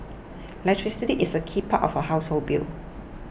electricity is a key part of a household bill